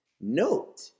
note